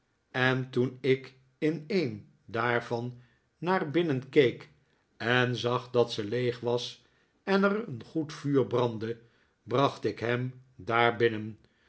en toen ik in een daarvan naar blnnen keek en zag dat ze leeg was en er een goed vuur brandde bracht ik hem daar binnen